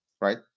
right